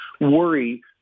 worry